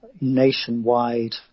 nationwide